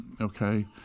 okay